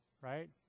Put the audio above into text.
Right